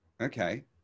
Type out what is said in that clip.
Okay